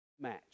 match